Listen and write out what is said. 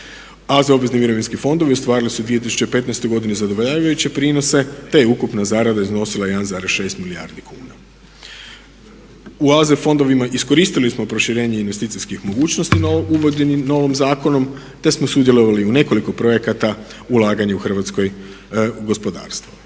AZ obvezni mirovinski fondovi ostvarili su u 2015. zadovoljavajuće prinose te je ukupna zarada iznosila 1,6 milijardi kuna. U AZ fondovima iskoristili smo proširenje investicijskih mogućnosti uvođenjem novim zakonom te smo sudjelovali u nekoliko projekata ulaganje u Hrvatsko gospodarstvo.